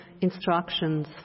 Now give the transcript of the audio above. instructions